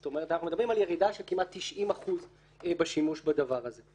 אנחנו מדברים על ירידה של כמעט 90% בשימוש בדבר הזה.